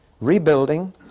rebuilding